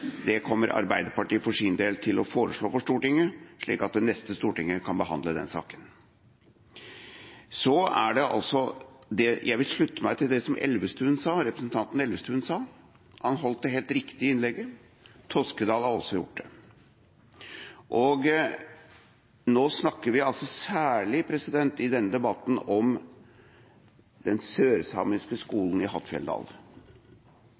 Det kommer Arbeiderpartiet for sin del til å foreslå for Stortinget, slik at det neste storting kan behandle den saken. Så vil jeg slutte meg til det som representanten Elvestuen sa. Han holdt det helt riktige innlegget. Toskedal gjorde også det. Nå snakker vi i denne debatten særlig om den sørsamiske skolen i